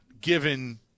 given